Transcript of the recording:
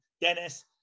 Dennis